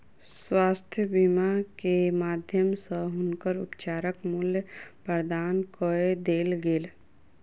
स्वास्थ्य बीमा के माध्यम सॅ हुनकर उपचारक मूल्य प्रदान कय देल गेल